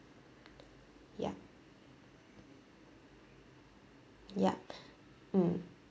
ya ya mm